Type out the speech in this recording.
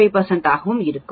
5 ஆகவும் இருக்கும்